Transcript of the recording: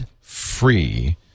free